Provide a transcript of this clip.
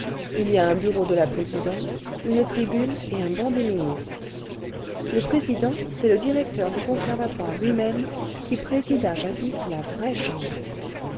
il y a un bureau de la présidence une tribune et un banc des ministres le président c'est le directeur du conservatoire lui-même qui présida jadis la vraie chambre